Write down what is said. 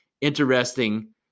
interesting